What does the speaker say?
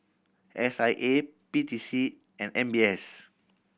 S I A P T C and M B S